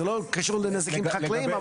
זה לא קשור לנזקים חקלאיים.